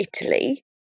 Italy